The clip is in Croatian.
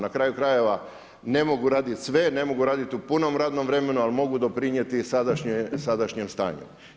Na kraju krajeva, ne mogu raditi sve, ne mogu raditi u punom radnom vremenu ali mogu doprinijeti sadašnjem stanju.